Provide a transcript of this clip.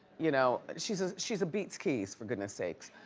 you know she's ah she's a beatz-keys, for goodness sakes.